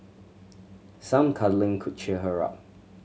some cuddling could cheer her up